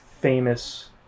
famous